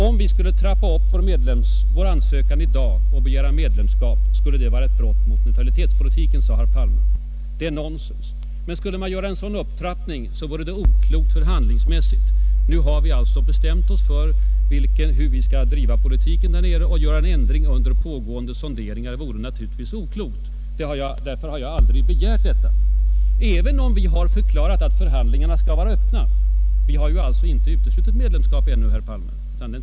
Om vi skulle trappa upp vår ansökan i dag och begära medlemskap, skulle det vara ett brott mot neutralitetspolitiken, sade herr Palme. Det är nonsens. Men skulle vi göra en sådan formell upptrappning just nu, vore det förhandlingsmässigt olämpligt. Nu har vi bestämt oss för hur vi skall ha det där nere, och att göra en ändring uunder pågående sonderingar vore oklokt. Därför har jag aldrig begärt detta, även om regeringen har förklarat att vår ansökan skall vara ”öppen” — vi har ju inte uteslutit medlemskap, herr Palme.